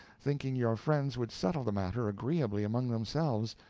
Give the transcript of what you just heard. thinking your friends would settle the matter agreeably among themselves,